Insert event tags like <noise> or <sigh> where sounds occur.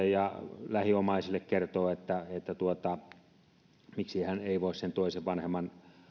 <unintelligible> ja lähiomaisille kertoo miksi hän ei voi sen toisen vanhemman